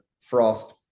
frost